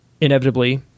inevitably